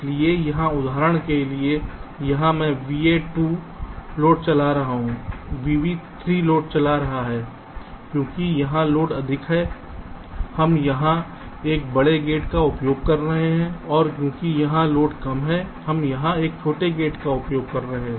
इसलिए यहाँ उदाहरण के लिए यहाँ यह VA 2 लोड चला रहा है VB 3 लोड चला रहा है क्योंकि यहाँ लोड अधिक है हम यहाँ एक बड़े गेट का उपयोग कर रहे हैं और क्योंकि यहाँ लोड कम है हम यहाँ एक छोटे गेट का उपयोग कर रहे हैं